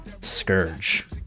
scourge